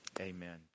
Amen